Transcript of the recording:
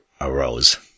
arose